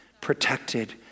protected